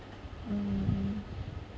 mm mm